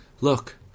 Look